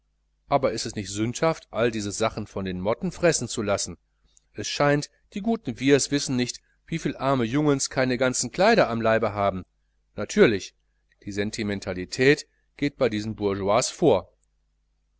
aber ist es nicht sündhaft alle diese sachen von den motten fressen zu lassen es scheint die guten wiehrs wissen nicht wieviel arme jungens keine ganzen kleider am leibe haben natürlich die sentimentalität geht bei diesen bourgeois allem vor